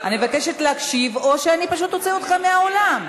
אני קורא אותך לסדר פעם ראשונה.